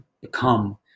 become